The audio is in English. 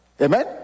Amen